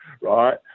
right